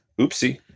Oopsie